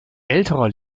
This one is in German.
älterer